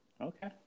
Okay